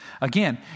Again